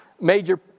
major